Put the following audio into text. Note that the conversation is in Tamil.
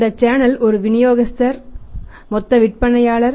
அந்த சேனல் ஒரு விநியோகஸ்தர் மொத்த விற்பனையாளர்